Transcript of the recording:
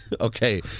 Okay